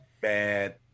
bad